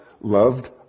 loved